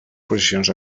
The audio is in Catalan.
posicions